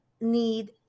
need